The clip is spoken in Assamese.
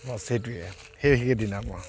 বছ সেইটোৱেই আৰু সেই সেইদিনা